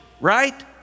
right